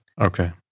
Okay